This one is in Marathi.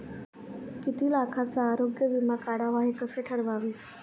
किती लाखाचा आरोग्य विमा काढावा हे कसे ठरवावे?